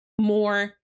more